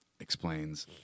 explains